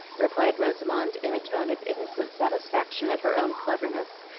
replied rosamond, in a tone of innocent satisfaction at her own cleverness,